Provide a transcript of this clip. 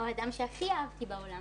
הוא האדם שהכי אהבתי בעולם